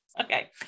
okay